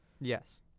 Yes